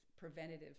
preventative